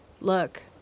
Look